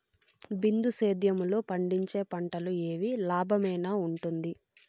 బిందు సేద్యము లో పండించే పంటలు ఏవి లాభమేనా వుంటుంది?